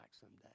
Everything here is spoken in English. someday